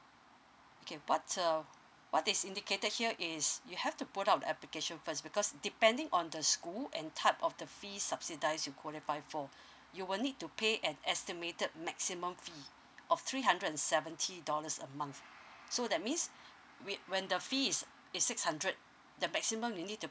okay what err what is indicated here is you have to put up the application first because depending on the school and type of the fees subsidise you qualify for you will need to pay an estimated maximum fee of three hundred and seventy dollars a month so that means with when the fees is is six hundred the maximum we need to